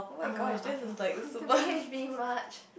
err about B H B much